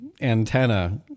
antenna